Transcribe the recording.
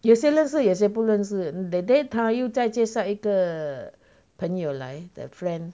有些认识有些不认识 that day 他有在介绍那个朋友来 the friend